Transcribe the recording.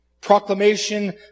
proclamation